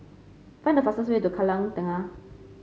find the fastest way to Kallang Tengah